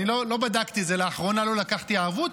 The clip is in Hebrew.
אני לא בדקתי את זה לאחרונה, לא לקחתי ערבות.